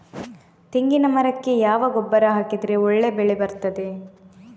ತೆಂಗಿನ ಮರಕ್ಕೆ ಯಾವ ಗೊಬ್ಬರ ಹಾಕಿದ್ರೆ ಒಳ್ಳೆ ಬೆಳೆ ಬರ್ತದೆ?